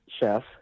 Chef